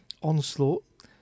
Onslaught